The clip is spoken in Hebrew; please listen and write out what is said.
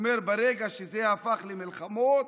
הוא אומר: ברגע שזה הפך למלחמות,